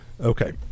Okay